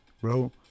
bro